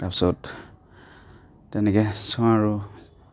তাৰপাছত তেনেকৈ চাওঁ আৰু